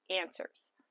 answers